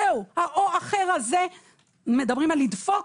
ה"או אחר" מדברים על לדפוק?